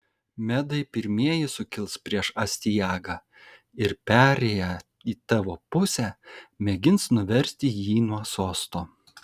medai pirmieji sukils prieš astiagą ir perėję į tavo pusę mėgins nuversti jį nuo sosto